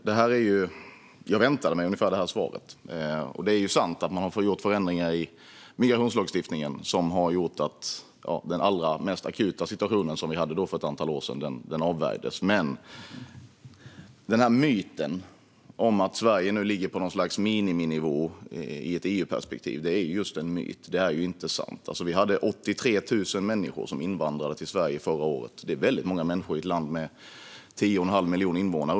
Herr talman! Jag väntade mig ungefär det svaret, och det är ju sant att man har gjort förändringar i migrationslagstiftningen som har avvärjt den allra mest akuta situation som vi hade för ett antal år sedan. Men myten om att Sverige nu ligger på något slags miniminivå i ett EU-perspektiv är just en myt. Det är inte sant. Förra året invandrade 83 000 människor till Sverige. Det är väldigt många människor i ett land med 10 1⁄2 miljon invånare.